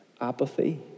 apathy